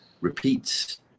repeats